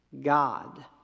God